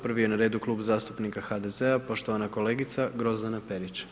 Prvi je na redu Klub zastupnika HDZ-a i poštovana kolegica Grozdana Perić.